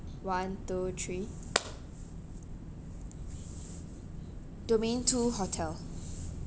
one two three domain two hotel